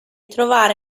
trovare